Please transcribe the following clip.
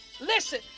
Listen